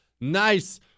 nice